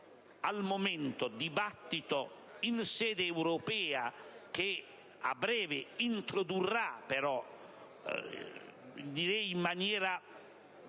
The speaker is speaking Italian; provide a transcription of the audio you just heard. oggetto di dibattito in sede europea che a breve li introdurrà, però, direi in maniera